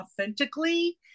authentically